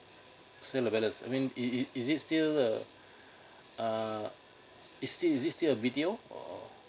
sale of balance I mean it it is it still uh uh it's still is it still a B_T_O or